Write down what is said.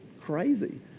crazy